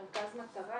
מרכז מטרה,